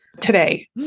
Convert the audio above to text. today